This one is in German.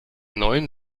neuen